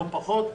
לא פחות,